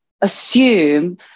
assume